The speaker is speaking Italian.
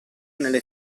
nelle